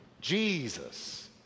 Jesus